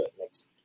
next